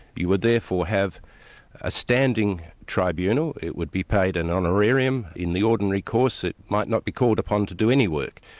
you would therefore have a standing tribunal it would be paid an honorarium in the ordinary course it might not be called upon to do any work.